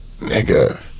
Nigga